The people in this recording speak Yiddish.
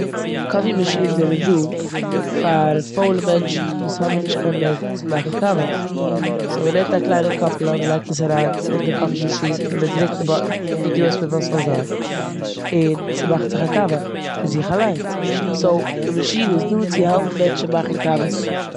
קאפי מאשינס זענען דא פאר פוילע מענטשן וואס האבן נישט קיין נערוון צו מאכן קאוועס. סאו מ'נעמט א קליינע קאפעלע, מ'לייגט עס אריין אין די קאפי מאשין, מ'דרוקט די באטין ווי גרויס מ'וויל ס'זאל זיין און ס'מאכט זיך א קאווע פון זיך אליינס סאו די מאשין איז דא צו העלפן מענטשן מאכן קאוועס.